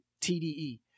TDE